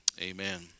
amen